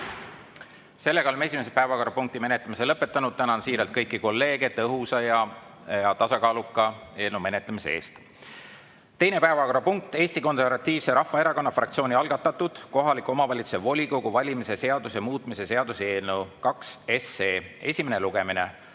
välja. Oleme esimese päevakorrapunkti menetlemise lõpetanud. Tänan siiralt kõiki kolleege eelnõu tõhusa ja tasakaaluka menetlemise eest! Teine päevakorrapunkt on Eesti Konservatiivse Rahvaerakonna fraktsiooni algatatud kohaliku omavalitsuse volikogu valimise seaduse muutmise seaduse eelnõu 2 esimene lugemine.